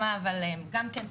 גם כן,